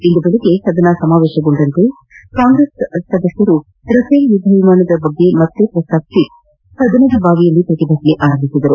ಇಂದು ಬೆಳಗ್ಗೆ ಸದನ ಸಮಾವೇಶಗೊಂಡಾಗ ಕಾಂಗ್ರೆಸ್ ಸದಸ್ನರು ರಫೇಲ್ ಯುದ್ದ ವಿಮಾನ ಕುರಿತಂತೆ ಮತ್ತೆ ಶ್ರಸ್ತಾಪಿಸಿ ಸದನದ ಬಾವಿಯಲ್ಲಿ ಪ್ರತಿಭಟನೆ ನಡೆಸಿದರು